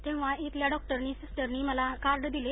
तेव्हा इथल्या डॉक्टरनी सिस्टरनी मला कार्ड दिले